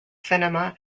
cinema